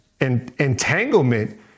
entanglement